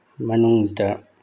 ꯃꯅꯨꯡꯗ